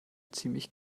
ziemlich